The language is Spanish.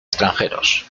extranjeros